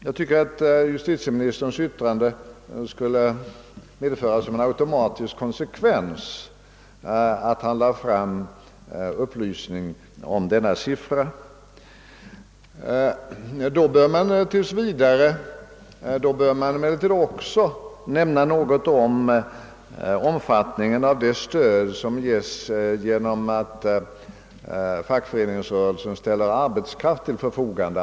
Jag tycker att justitieministerns uttalande automatiskt skulle få till konsekvens att han gav upplysning om denna siffra. Då bör han emellertid också nämna något om omfattningen av det stöd som ges genom att fackföreningsrörelsen ställer arbetskraft till förfogande.